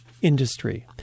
industry